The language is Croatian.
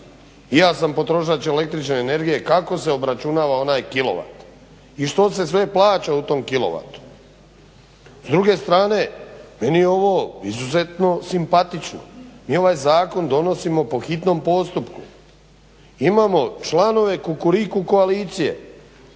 ja sam potrošač električne energije, kako se obračunava onaj kilovat i što se sve plaća u tom kilovatu. S druge strane meni je ovo izuzetno simpatično. Mi ovaj zakon donosimo po hitnom postupku, imamo članove Kukuriku koalicije